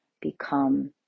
become